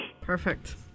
Perfect